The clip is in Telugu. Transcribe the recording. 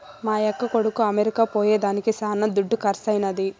మా యక్క కొడుకు అమెరికా పోయేదానికి శానా దుడ్డు కర్సైనాది